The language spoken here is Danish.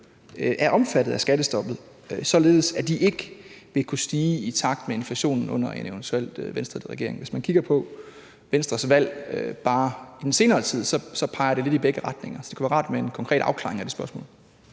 er omfattet af skattestoppet, således at de ikke vil kunne stige i takt med inflationen under en eventuel Venstreledet regering. Hvis man kigger på Venstres valg bare i den senere tid, peger det lidt i begge retninger, så det kunne være rart med en konkret afklaring af det spørgsmål.